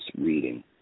reading